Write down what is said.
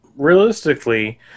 realistically